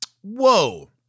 Whoa